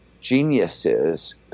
geniuses